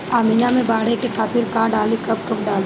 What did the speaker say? आमिया मैं बढ़े के खातिर का डाली कब कब डाली?